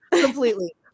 completely